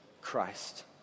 Christ